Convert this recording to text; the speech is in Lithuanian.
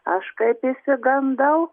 aš kaip išsigandau